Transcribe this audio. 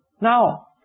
Now